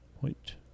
point